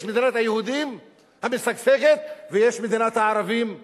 יש מדינת היהודים המשגשגת ויש מדינת הערבים הענייה.